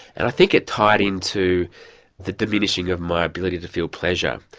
and i think it tied into the diminishing of my ability to feel pleasure.